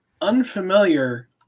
unfamiliar